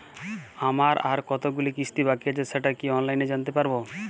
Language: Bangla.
আমার আর কতগুলি কিস্তি বাকী আছে সেটা কি অনলাইনে জানতে পারব?